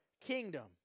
kingdom